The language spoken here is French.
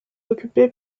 occupée